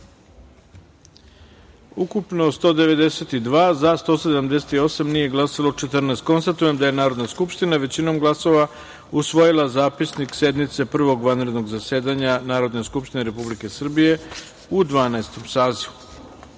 ukupno – 192, za – 178, nije glasalo – 14.Konstatujem da je Narodna skupština većinom glasova usvojila Zapisnik sednice Prvog vanrednog zasedanja Narodne skupštine Republike Srbije u Dvanaestom